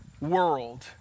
world